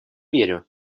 верю